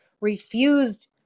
refused